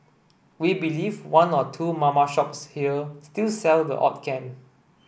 we believe one or two mama shops here still sell the odd can